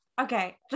okay